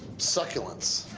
succulents.